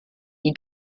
die